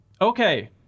okay